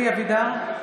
(קוראת בשמות חברי הכנסת) אלי אבידר,